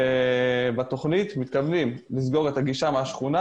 ובתכנית מתכוונים לסגור את הגישה מהשכונה